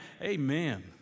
Amen